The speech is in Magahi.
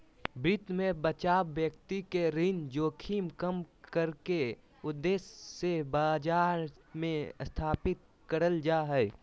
वित्त मे बचाव व्यक्ति के ऋण जोखिम कम करे के उद्देश्य से बाजार मे स्थापित करल जा हय